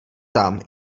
tam